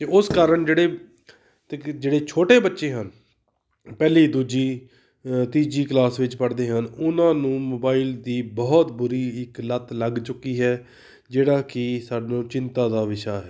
ਅਤੇ ਉਸ ਕਾਰਨ ਜਿਹੜੇ ਤਗ ਜਿਹੜੇ ਛੋਟੇ ਬੱਚੇ ਹਨ ਪਹਿਲੀ ਦੂਜੀ ਤੀਜੀ ਕਲਾਸ ਵਿੱਚ ਪੜ੍ਹਦੇ ਹਨ ਉਹਨਾਂ ਨੂੰ ਮੋਬਾਈਲ ਦੀ ਬਹੁਤ ਬੁਰੀ ਇੱਕ ਲੱਤ ਲੱਗ ਚੁੱਕੀ ਹੈ ਜਿਹੜਾ ਕਿ ਸਾਨੂੰ ਚਿੰਤਾ ਦਾ ਵਿਸ਼ਾ ਹੈ